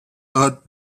earth